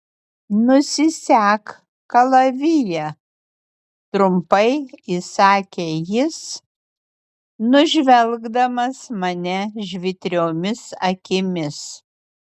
nusisek kalaviją trumpai įsakė jis nužvelgdamas mane žvitriomis akimis